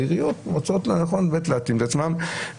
העיריות מוצאות לנכון להתאים את עצמן,